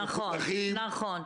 נכון.